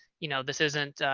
you know, this isn't,